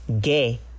gay